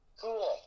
Cool